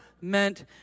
meant